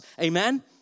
amen